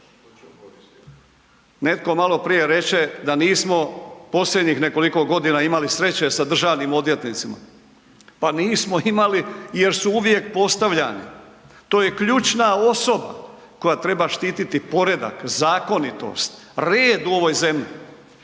Netko maloprije reče da nismo posljednjih nekoliko godina imali sreće sa državnim odvjetnicima, pa nismo imali jer su uvijek postavljani. To je ključna osoba koja treba štititi poredak, zakonitost, red u ovoj zemlji.